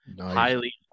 Highly